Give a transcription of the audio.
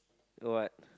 do what